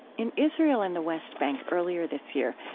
in israel and the west bank earlier this year,